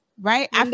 right